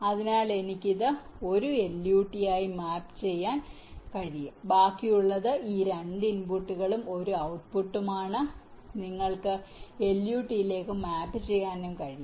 അതിനാൽ എനിക്ക് ഇത് 1 LUT ആയി മാപ്പ് ചെയ്യാൻ കഴിയും ബാക്കിയുള്ളത് ഈ 2 ഇൻപുട്ടുകളും 1 ഔട്ട്പുട്ടും ആണ് നിങ്ങൾക്ക് LUT ലേക്ക് മാപ്പ് ചെയ്യാനും കഴിയും